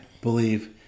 believe